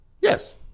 Yes